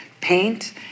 paint